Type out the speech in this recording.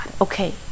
okay